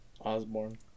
Osborne